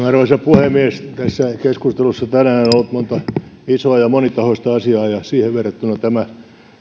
arvoisa puhemies keskustelussa on tänään on ollut monta isoa ja monitahoista asiaa ja siihen verrattuna tämä